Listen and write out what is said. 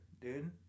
dude